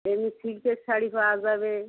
এমনি সিল্কের শাড়ি পাওয়া যাবে